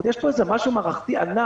כלומר יש פה איזה דבר מערכתי ענק